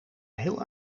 heel